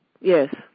Yes